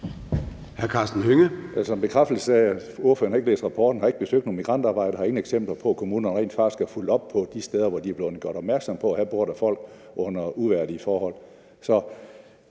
en bekræftelse af, at ordføreren ikke har læst rapporten, ikke har besøgt nogen migrantarbejdere, ikke har nogen eksempler på, at kommunen rent faktisk har fulgt op på de steder, hvor de er blevet gjort opmærksom på, at der bor folk under uværdige forhold.